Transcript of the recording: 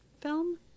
film